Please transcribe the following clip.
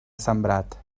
sembrat